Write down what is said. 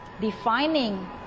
Defining